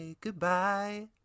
goodbye